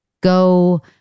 go